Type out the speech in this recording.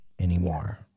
anymore